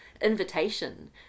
invitation